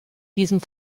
diesem